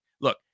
look